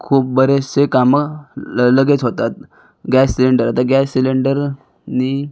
खूप बरेचसे कामं ल लगेच होतात गॅस सिलिंडर आता गॅस सिलिंडरने